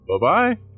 Bye-bye